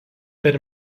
per